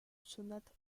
sonate